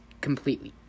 completely